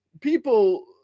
people